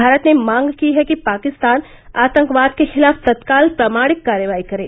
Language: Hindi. भारत ने मांग की है पाकिस्तान आतंकवाद के खिलाफ तत्काल प्रमाणिक कार्रवाई करे